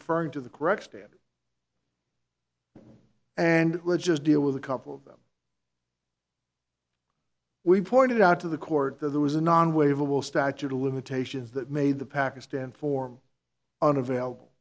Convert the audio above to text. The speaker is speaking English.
referring to the correct stamp and just deal with a couple of them we pointed out to the court that there was a non waiver will statute of limitations that made the pakistan form unavailable